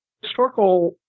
historical